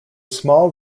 small